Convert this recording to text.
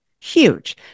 huge